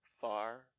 far